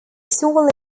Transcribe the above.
seoul